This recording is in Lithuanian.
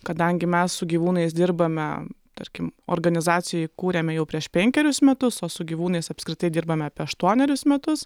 kadangi mes su gyvūnais dirbame tarkim organizaciją įkūrėme jau prieš penkerius metus o su gyvūnais apskritai dirbame apie aštuonerius metus